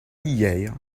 hier